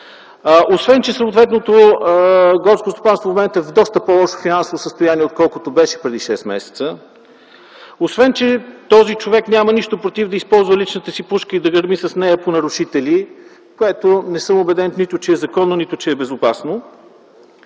освен че съответното горско стопанство е в доста по-лошо финансово състояние, отколкото беше преди шест месеца; освен че този човек няма нищо против да използва личната си пушка и да гърми с нея по нарушителите, което не съм убеден дали е законно и безопасно;